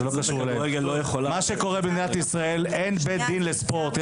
מה שקורה במדינת ישראל אין בית דין לספורט.